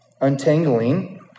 untangling